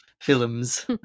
Films